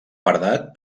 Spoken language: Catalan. paredat